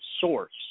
source